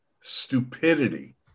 stupidity